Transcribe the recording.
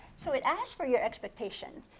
so it asks for your expectation.